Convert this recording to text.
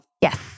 Yes